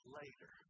later